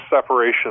separation